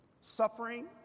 Suffering